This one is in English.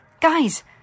Guys